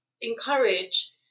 encourage